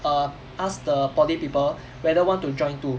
err ask the poly people whether want to join too